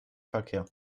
verkehr